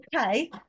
okay